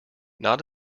not